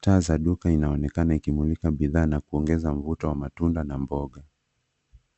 Taa za duka inaonekana ikimulika bidhaa na kuongeza mvuto wa matunda na mboga.